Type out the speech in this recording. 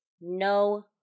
no